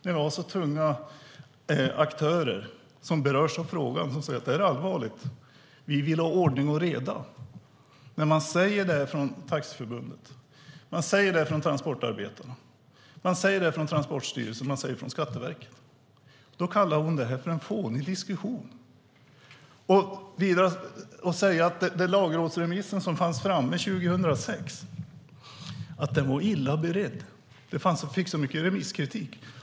Vi har tunga aktörer som berörs av frågan som säger att detta är allvarligt och att de vill ha ordning och reda. Men när de säger det från Taxiförbundet, Transportarbetareförbundet, Transportstyrelsen och Skatteverket kallar statsrådet det en fånig diskussion! Hon säger att den lagrådsremiss som fanns framme 2006 var illa beredd och fick så mycket remisskritik.